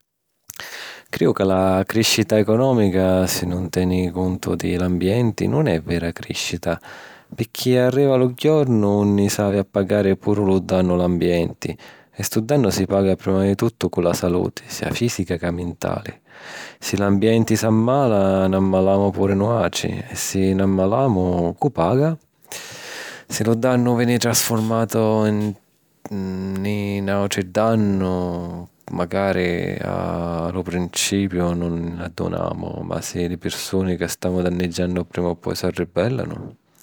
Crìu ca la crìscita econòmica, si nun teni cuntu di l’ambienti, nun è vera crìscita, picchì arriva lu jornu unni s’havi a pagari puru lu dannu a l’ambienti. E stu dannu si paga prima di tuttu cu la saluti, sia fìsica ca mintali. Si l’ambienti s’ammala, n’ammalamu puru nuàutri, e si n’ammalamu, cu paga? Si lu dannu veni trasfurmatu nni n’àutru dannu, macari a lu principiu nun ni nn'addunamu, ma li pirsuni ca stamu danniggiannu prima o poi s'arribbèllanu.